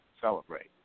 celebrate